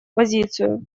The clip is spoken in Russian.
позицию